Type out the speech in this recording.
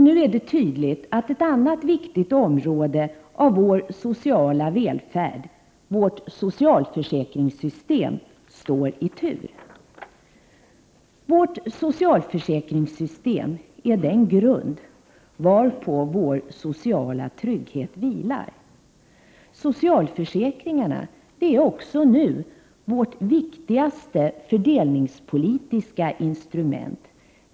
Nu är det tydligt att ett annat viktigt område i vår sociala välfärd, vårt socialförsäkringssystem, står i tur. Vårt socialförsäkringssystem är den grund varpå vår sociala trygghet vilar. Socialförsäkringarna utgör även nu vårt viktigaste fördelningspolitiska instrument.